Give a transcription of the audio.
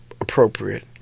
appropriate